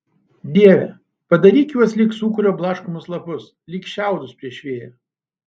dieve padaryk juos lyg sūkurio blaškomus lapus lyg šiaudus prieš vėją